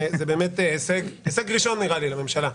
אני חושב שזה הישג ראשון לממשלה.